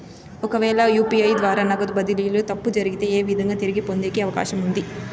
ఒకవేల యు.పి.ఐ ద్వారా నగదు బదిలీలో తప్పు జరిగితే, ఏ విధంగా తిరిగి పొందేకి అవకాశం ఉంది?